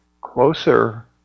Closer